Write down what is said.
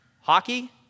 Hockey